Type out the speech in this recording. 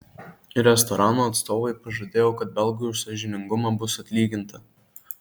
restorano atstovai pažadėjo kad belgui už sąžiningumą bus atlyginta